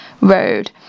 Road